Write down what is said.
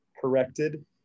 corrected